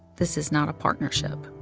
this is not a partnership.